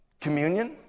communion